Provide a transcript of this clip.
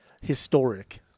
historic